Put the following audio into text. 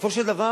בסופו של דבר